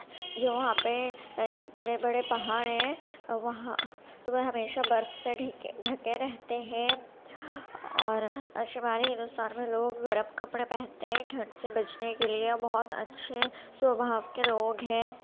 جو وہاں پہ بڑے بڑے پہاڑ ہیں وہاں وہ ہمیشہ برف سے ڈھکے رہتے ہیں اور شمالی ہندوستان میں لوگ گرم کپڑے پہنتے ہیں ٹھنڈ سے بچنے کے لیے اور بہت اچھے سوبھاؤ کے لوگ ہیں